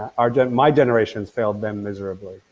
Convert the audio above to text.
um my generation has failed them miserably.